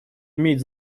имеет